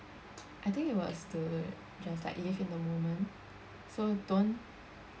I think it was to just like live in the moment so don't